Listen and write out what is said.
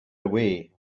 away